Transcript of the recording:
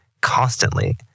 constantly